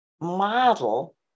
model